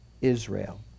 Israel